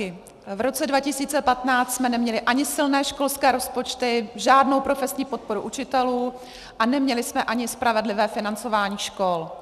V roce 2015 jsme neměli ani silné školské rozpočty, žádnou profesní podporu učitelů a neměli jsme ani spravedlivé financování škol.